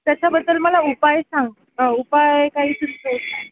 त्याच्याबद्दल मला उपाय सांग उपाय काही सुचतंय